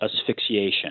asphyxiation